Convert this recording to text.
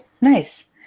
nice